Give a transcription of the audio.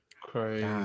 crazy